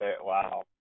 Wow